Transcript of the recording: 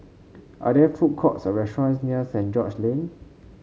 are there food courts or restaurants near Saint George's Lane